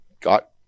got